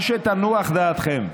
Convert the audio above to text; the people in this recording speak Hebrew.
אז שתנוח דעתכם.